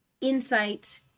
insight